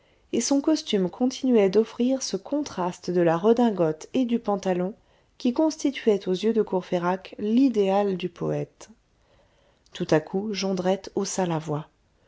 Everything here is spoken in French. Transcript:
et son costume continuait d'offrir ce contraste de la redingote et du pantalon qui constituait aux yeux de courfeyrac l'idéal du poète tout à coup jondrette haussa la voix